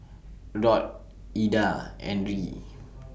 Rod Ida and Ri